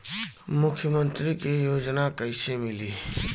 मुख्यमंत्री के योजना कइसे मिली?